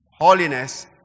Holiness